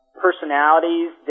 personalities